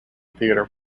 theatre